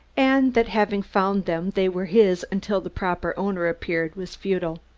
and that having found them they were his until the proper owner appeared, was futile.